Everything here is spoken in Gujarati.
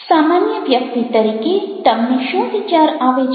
સામાન્ય વ્યક્તિ તરીકે તમને શું વિચાર આવે છે